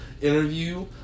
interview